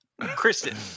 Kristen